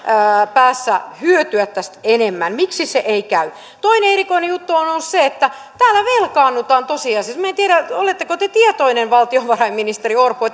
päässä hyötyä tästä enemmän miksi se ei käy toinen erikoinen juttu on ollut se että tällä velkaannutaan tosiasiassa minä en tiedä oletteko te tietoinen valtiovarainministeri orpo että